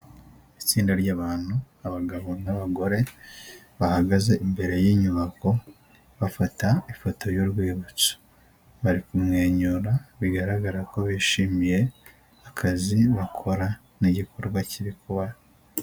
Itsinda ry'abantu abagabo n'abagore bahagaze imbere y'inyubako bafata ifoto yurwibutso, bari kumwenyura bigaragara ko bishimiye akazi bakora n'igikorwa kiri kuba.